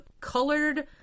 colored